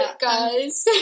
guys